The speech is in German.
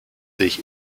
sich